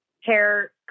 hair